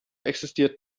existiert